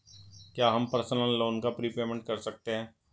क्या हम personal loan का प्रीपेमेंट कर सकते हैं?